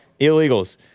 illegals